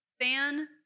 Fan